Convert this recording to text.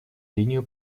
линию